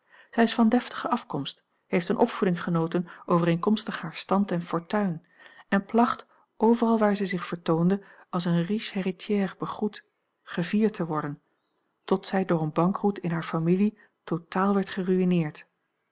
zij is van deftige afkomst heeft eene opvoeding genoten overeenkomstig haar stand en fortuin en placht overal waar zij zich vertoonde als eene riche heritière begroet gevierd te worden tot zij door een bankroet in hare familie totaal werd geruïneerd